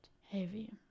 Heavy